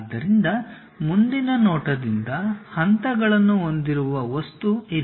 ಆದ್ದರಿಂದ ಮುಂದಿನ ನೋಟದಿಂದ ಹಂತಗಳನ್ನು ಹೊಂದಿರುವ ವಸ್ತು ಇದೆ